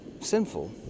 sinful